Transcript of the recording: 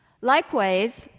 Likewise